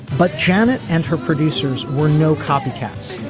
but janet and her producers were no copycats.